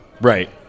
right